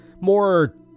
more